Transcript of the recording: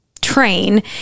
train